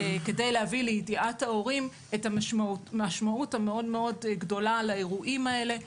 כדי להביא לידיעת ההורים את המשמעות המאוד גדולה על האירועים האלה.